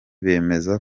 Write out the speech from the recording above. bemeza